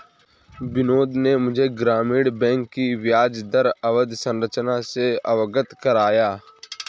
बिनोद ने मुझे ग्रामीण बैंक की ब्याजदर अवधि संरचना से अवगत कराया